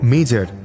Major